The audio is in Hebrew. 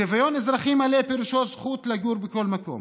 שוויון אזרחי מלא פירושו זכות לגור בכל מקום,